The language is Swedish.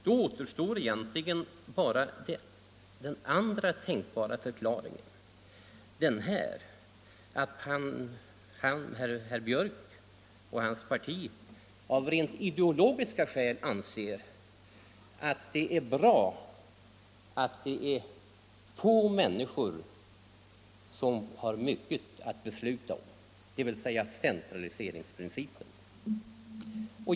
Då återstår egentligen bara den andra tänkbara förklaringen, nämligen att herr Björck och hans parti av rent ideologiska skäl anser att det är bra att det är få människor som har mycket att besluta om, dvs. centraliseringsprincipen.